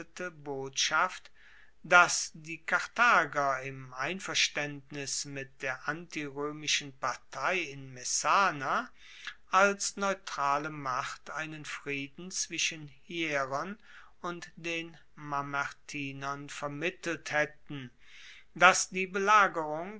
botschaft dass die karthager im einverstaendnis mit der antiroemischen partei in messana als neutrale macht einen frieden zwischen hieron und den mamertinern vermittelt haetten dass die belagerung